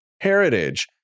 heritage